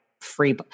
free